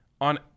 on